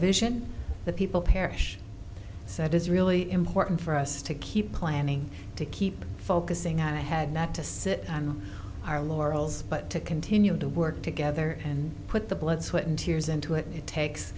vision the people perish so it is really important for us to keep planning to keep focusing on ahead not to sit on our laurels but to continue to work together and put the blood sweat and tears into it and it takes